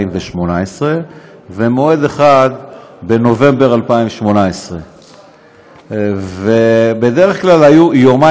ומועד אחד בנובמבר 2018. בדרך כלל היו יומיים,